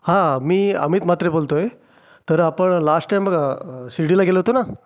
हा मी अमित म्हात्रे बोलतोय तर आपण लास्ट टाइम बघा शिर्डीला गेलो होतो ना